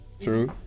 True